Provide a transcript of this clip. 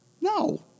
No